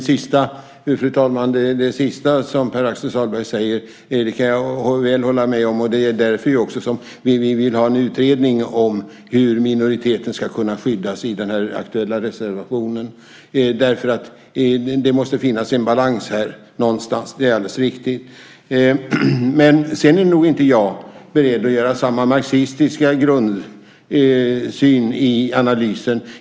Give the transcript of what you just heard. Fru talman! Det sista som Pär Axel Sahlberg säger kan jag väl hålla med om. Det är också därför vi i den aktuella reservationen vill ha en utredning om hur minoriteten ska kunna skyddas. Det måste finnas en balans här någonstans. Det är alldeles riktigt. Sedan är nog inte jag beredd att ha samma marxistiska grundsyn i analysen.